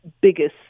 biggest